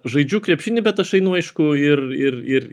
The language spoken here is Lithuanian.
žaidžiu krepšinį bet aš einu aišku ir ir ir